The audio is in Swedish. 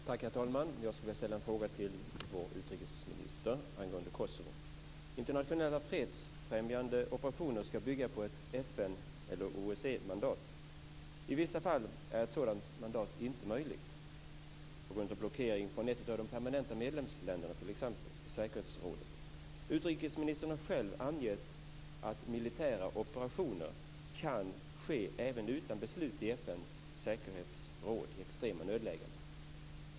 Herr talman! Jag skulle vilja ställa en fråga till vår utrikesminister angående Kosovo. Internationella fredsfrämjande operationer skall bygga på ett FN eller OECD-mandat. I vissa fall är ett sådant mandat inte möjligt på grund av blockering från t.ex. ett av de permanenta medlemsländerna i säkerhetsrådet. Utrikesministern har själv angett att militära operationer kan ske även utan beslut i FN:s säkerhetsråd i extrema nödlägen.